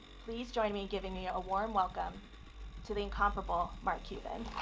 please join me in giving a warm welcome to the incomparable mark cuban.